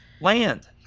land